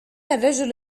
الرجل